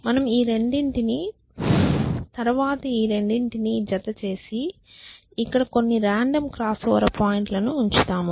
మనం ఈ రెండింటిని తరువాత ఈ రెండింటిని జత చేసి ఇక్కడ కొన్ని రాండమ్ క్రాస్ఓవర్ పాయింట్లను ఉంచుతాము